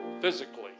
physically